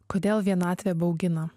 kodėl vienatvė baugina